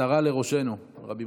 עטרה לראשנו, רבי